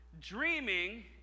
Dreaming